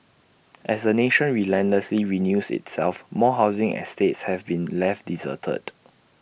as the nation relentlessly renews itself more housing estates have been left deserted